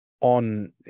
on